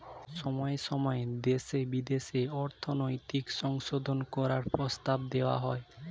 সময়ে সময়ে দেশে বিদেশে অর্থনৈতিক সংশোধন করার প্রস্তাব দেওয়া হয়